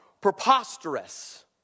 preposterous